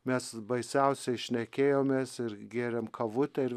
mes baisiausiai šnekėjomės ir gėrėm kavutę ir